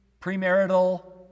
premarital